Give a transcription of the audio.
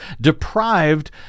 deprived